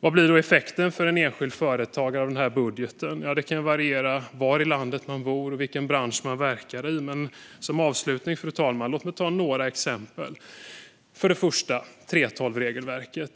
Vad blir då effekten av den här budgeten för en enskild företagare? Ja, det kan bero på var i landet man bor och vilken bransch man verkar i. Som avslutning vill jag nämna några exempel. För det första handlar det om 3:12-regelverket.